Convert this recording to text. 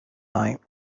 night